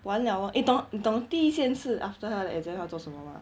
完了 lor eh 你懂你懂第一件事 after 他的 exam 做什么吗